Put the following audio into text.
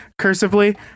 Cursively